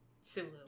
Sulu